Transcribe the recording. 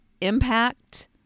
impact